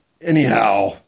Anyhow